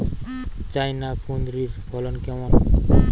China কুঁদরীর ফলন কেমন?